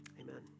Amen